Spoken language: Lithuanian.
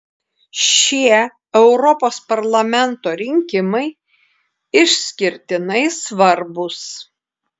šie europos parlamento rinkimai išskirtinai svarbūs